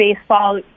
baseball